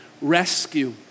rescue